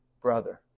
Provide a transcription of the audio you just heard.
brother